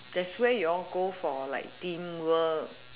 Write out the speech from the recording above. that's where you all go for like team work